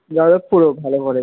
যাদবপুরে ভালো কলেজ